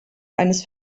eines